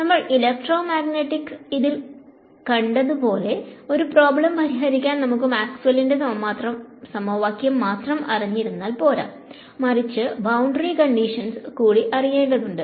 നമ്മൾ electromagnetics ഇൽ കണ്ടതാണ് ഒരു പ്രോബ്ലം പരിഹരിക്കാൻ നമുക്ക് മാക്സ്വെല്ലിന്റെ സമവാക്യം മാത്രം അറിഞ്ഞാൽ പോരാ മറിച്ചു ബൌണ്ടറി കണ്ടിഷൻസ്കൂടി അറിയേണ്ടതുണ്ട്